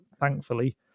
thankfully